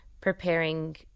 preparing